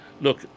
Look